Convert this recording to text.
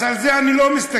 אז על זה אני לא מסתכל.